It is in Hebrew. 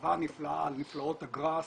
כתבה נפלאה על נפלאות הגראס,